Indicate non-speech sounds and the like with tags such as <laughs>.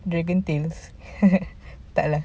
dragon tales <laughs> lah